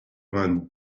vingt